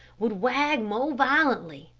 would wag more violently.